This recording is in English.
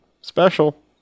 Special